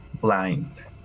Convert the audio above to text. blind